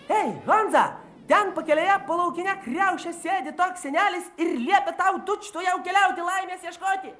ei honza ten pakelėje po laukine kriauše sėdi toks senelis ir liepia tau tučtuojau keliauti laimės ieškoti